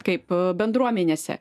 kaip bendruomenėse